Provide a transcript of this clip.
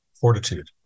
fortitude